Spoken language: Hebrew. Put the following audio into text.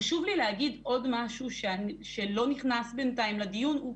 חשוב לי להגיד עוד משהו שלא נכנס בינתיים לדיון והוא